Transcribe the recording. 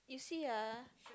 you see ah